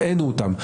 הראינו אותם.